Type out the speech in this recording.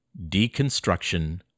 deconstruction